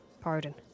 Pardon